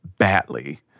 Badly